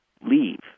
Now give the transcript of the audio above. leave